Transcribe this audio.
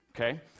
okay